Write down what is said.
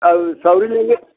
और ले लो